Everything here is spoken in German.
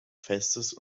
festes